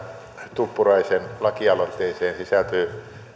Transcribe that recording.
tuppuraisen lakialoitteeseen sisältyy